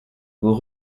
vous